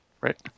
right